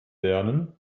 lernen